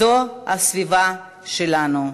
זו הסביבה שלנו.